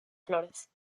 flores